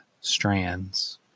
strands